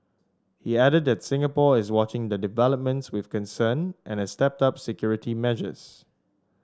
he added that Singapore is watching the developments with concern and has stepped up security measures